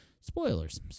spoilers